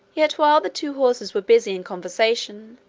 yet while the two horses were busy in conversation,